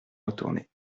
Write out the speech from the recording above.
retourner